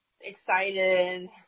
excited